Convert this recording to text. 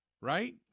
Right